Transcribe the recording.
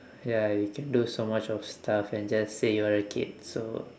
ya you can do so much of stuff and just say you are a kid so